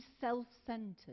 self-centered